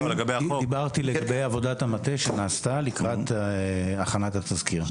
דיברתי לגבי עבודת המטה שנעשתה לקראת הכנת התזכיר.